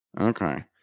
Okay